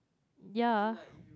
ya